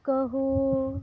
ᱠᱟᱹᱦᱩ